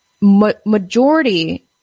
majority